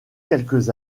quelques